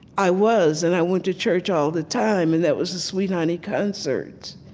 i was, and i went to church all the time, and that was the sweet honey concerts.